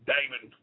David